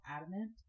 adamant